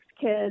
kids